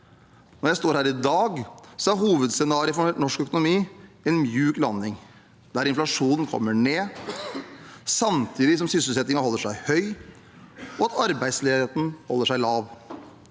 Når jeg står her i dag, er hovedscenarioet for norsk økonomi en myk landing, der inflasjonen kommer ned samtidig som sysselsettingen holder seg høy og arbeidsledigheten lav.